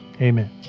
Amen